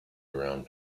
around